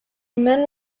men